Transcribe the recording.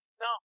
No